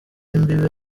imbibe